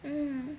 mm